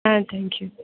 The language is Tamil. ah thank you